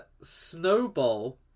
Snowball